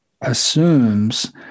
assumes